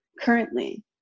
currently